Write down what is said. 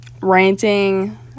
ranting